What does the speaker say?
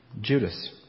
Judas